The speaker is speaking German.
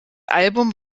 album